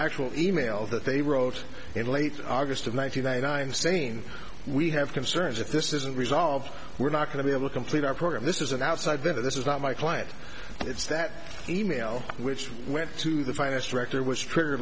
actual email that they wrote in late august of ninety nine i am saying we have concerns if this isn't resolved we're not going to be able to complete our program this is an outside vendor this is not my client it's that e mail which went to the finest director was trigger